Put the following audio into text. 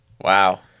Wow